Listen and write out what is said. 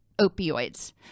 opioids